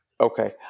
Okay